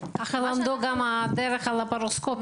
ככה למדו גם את הדרך הלפרוסקופית.